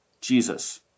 Jesus